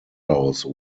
house